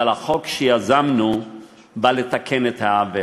אבל החוק שיזמנו בא לתקן את העוול,